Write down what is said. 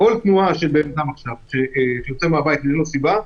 כל תנועה של אדם שיוצא מהבית ללא סיבה,